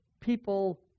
people